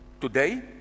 today